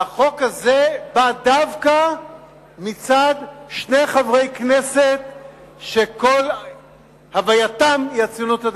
והחוק הזה בא דווקא מצד שני חברי כנסת שכל הווייתם היא הציונות הדתית,